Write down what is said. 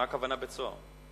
מה הכוונה "בית-סוהר"?